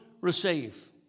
receive